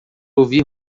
ouvir